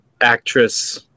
actress